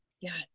Yes